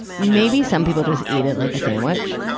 maybe some people just eat it like a sandwich.